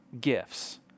gifts